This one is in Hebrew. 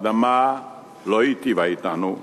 האדמה לא היטיבה אתנו.